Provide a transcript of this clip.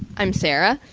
i'm sara.